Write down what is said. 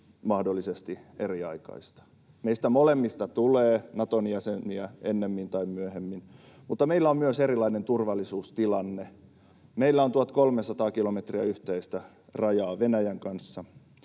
mahdollisesti eriaikaista. Meistä molemmista tulee Naton jäseniä ennemmin tai myöhemmin, mutta meillä on myös erilainen turvallisuustilanne. Meillä on 1 300 kilometriä yhteistä rajaa Venäjän kanssa.